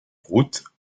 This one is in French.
routes